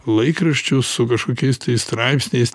laikraščius su kažkokiais tai straipsniais